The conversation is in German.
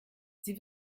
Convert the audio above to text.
sie